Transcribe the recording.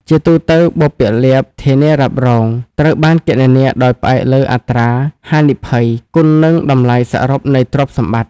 ជាទូទៅ បុព្វលាភធានារ៉ាប់រងត្រូវបានគណនាដោយផ្អែកលើ អត្រាហានិភ័យ គុណនឹង តម្លៃសរុបនៃទ្រព្យសម្បត្តិ។